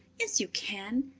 yes, you can.